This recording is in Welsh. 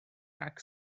rhag